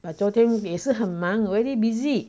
把昨天也是很忙 very busy